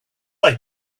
like